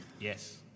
Yes